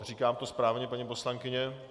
Říkám to správně, paní poslankyně?